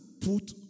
put